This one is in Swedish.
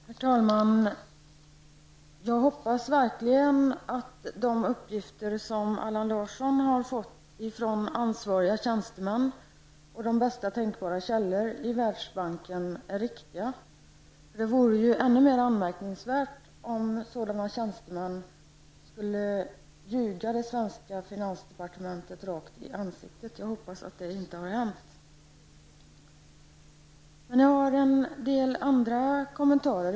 Herr talman! Jag hoppas verkligen att de uppgifter som Allan Larsson har fått från ansvariga tjänstemän och de bästa tänkbara källor i Världsbanken är riktiga. Det vore ju mycket anmärkningsvärt om sådana tjänstemän skulle ljuga det svenska finansdepartementet rakt i ansiktet; jag hoppas alltså att det inte har hänt. Men jag har en del andra kommentarer.